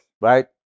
Right